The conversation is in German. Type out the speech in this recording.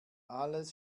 alles